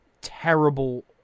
terrible